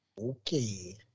Okay